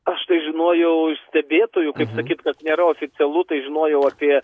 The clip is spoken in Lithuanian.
aš tai žinojau iš stebėtojų kaip sakyt kad nėra oficialu tai žinojau apie